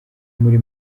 muri